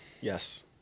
Yes